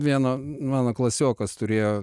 vieno mano klasiokas turėjo